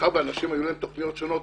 מאחר שלאנשים היו תוכניות שונות,